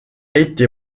été